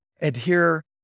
adhere